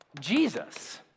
Jesus